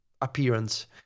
appearance